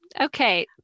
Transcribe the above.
Okay